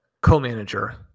co-manager